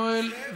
יואל,